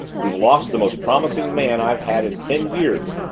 we've lost the most promising man i've had in ten years,